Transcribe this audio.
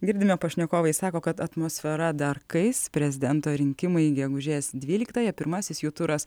girdime pašnekovai sako kad atmosfera dar kais prezidento rinkimai gegužės dvyliktąją pirmasis jų turas